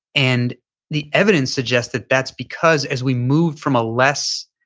and the evidence suggests that that's because as we moved from a less,